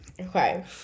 Okay